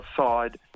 outside